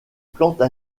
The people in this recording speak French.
plantes